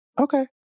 okay